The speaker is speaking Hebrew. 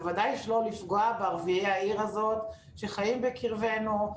בוודאי שלא לפגוע בערביי העיר הזאת שחיים בקרבנו,